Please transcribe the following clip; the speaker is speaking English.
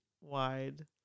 wide